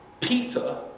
Peter